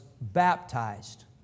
baptized